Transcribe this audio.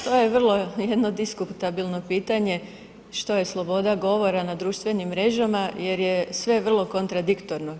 To je vrlo jedno diskutabilno pitanje što je sloboda govora na društvenim mrežama jer je sve vrlo kontradiktorno.